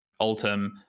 Ultim